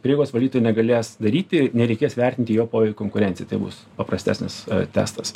pareigos valdytoj negalės daryti nereikės vertinti jo poveik konkurencijai tai bus paprastesnis testas